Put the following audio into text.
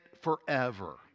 forever